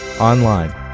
online